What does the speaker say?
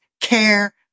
care